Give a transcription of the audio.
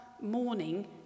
morning